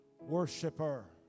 worshiper